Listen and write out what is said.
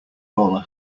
bowler